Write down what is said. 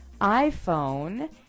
iPhone